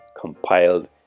compiled